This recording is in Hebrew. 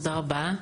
תודה רבה.